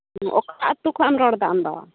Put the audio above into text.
ᱚᱠᱟ ᱟᱹᱛᱩ ᱠᱷᱚᱱ ᱮᱢ ᱨᱚᱲ ᱮᱫᱟ ᱟᱢᱫᱚ